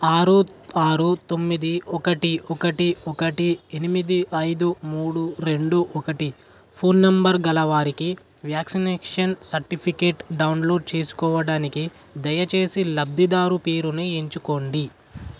ఆరు ఆరు తొమ్మిది ఒకటి ఒకటి ఒకటి ఎనిమిది ఐదు మూడు రెండు ఒకటి ఫోన్ నంబర్ గలవారికి వ్యాక్సినేషన్ సర్టిఫికేట్ డౌన్లోడ్ చేసుకోవడానికి దయచేసి లబ్ధిదారు పేరుని ఎంచుకోండి